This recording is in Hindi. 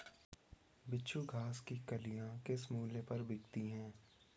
बिच्छू घास की कलियां किस मूल्य पर बिकती हैं?